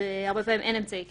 הרבה פעמים אין אמצעי קשר,